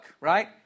right